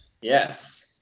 Yes